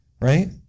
Right